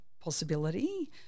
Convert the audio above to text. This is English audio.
possibility